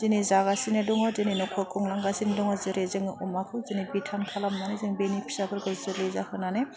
दिनै जागासिनो दङ दिनै नखर खुंलांगासिनो दङ जेरै जोङो अमाखौ जिनै बिथान खालामनानै जों बेनि फिसाफोरखौ जुलि जाहोनानै